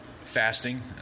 Fasting